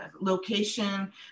location